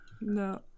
No